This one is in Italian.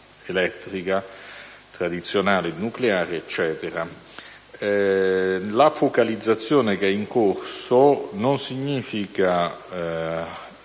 elettrica tradizionali e nucleari, eccetera. La focalizzazione che è in corso non significa